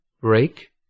break